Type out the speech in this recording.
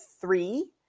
three